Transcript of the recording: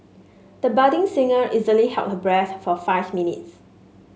the budding singer easily held her breath for five minutes